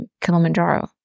kilimanjaro